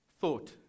thought